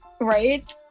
Right